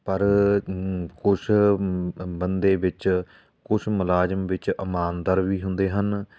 ਪਰ ਕੁਛ ਬੰਦੇ ਵਿੱਚ ਕੁਛ ਮੁਲਾਜ਼ਮ ਵਿੱਚ ਇਮਾਨਦਾਰ ਵੀ ਹੁੰਦੇ ਹਨ